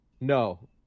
No